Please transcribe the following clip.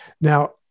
Now